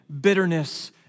bitterness